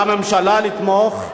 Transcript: על הממשלה לתמוך,